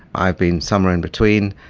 i've been somewhere in between,